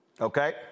Okay